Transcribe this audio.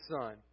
son